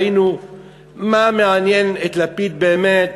ראינו מה מעניין את לפיד באמת.